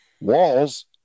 walls